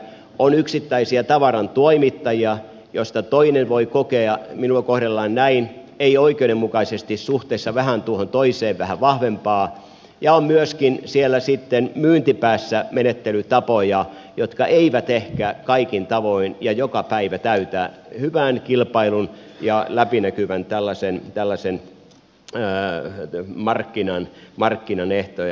on yksittäisiä tavarantoimittajia joista toinen voi kokea että minua kohdellaan näin ei oikeudenmukaisesti suhteessa vähän tuohon toiseen vähän vahvempaan ja on myöskin siellä sitten myyntipäässä menettelytapoja jotka eivät ehkä kaikin tavoin ja joka päivä täytä hyvän kilpailun ja läpinäkyvän markkinan ehtoja